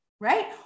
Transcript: right